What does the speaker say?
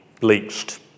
bleached